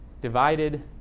divided